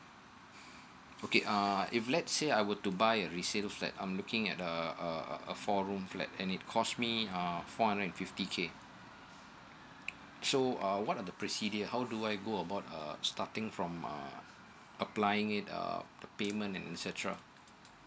okay uh if let's say I were to buy resale flat I'm looking at a a four room flat and it cost me um four hundred and fifty k so uh what are the procedure how do I go about uh starting from uh applying it err payment and etcetera